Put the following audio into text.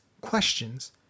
questions